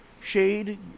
shade